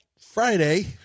Friday